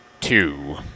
Two